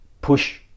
push